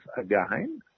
again